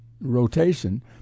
rotation